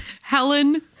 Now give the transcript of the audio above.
helen